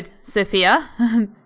Sophia